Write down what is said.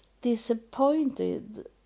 disappointed